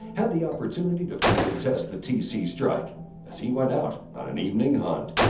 had the opportunity to field test the tc strike as he went out on an evening hunt.